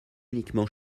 uniquement